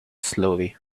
slowly